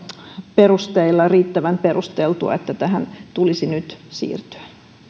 perusteilla riittävän perusteltua että tähän tulisi nyt siirtyä